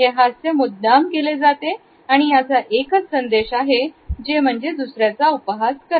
हे हास्य मुद्दाम केले जाते आणि याचा एकच संदेश आहे जे म्हणजे दुसऱ्याचा उपहास करणे